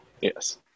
Yes